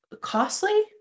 costly